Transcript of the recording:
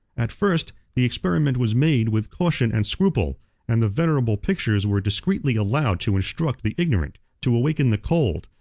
at first, the experiment was made with caution and scruple and the venerable pictures were discreetly allowed to instruct the ignorant, to awaken the cold,